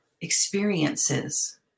experiences